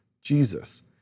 Jesus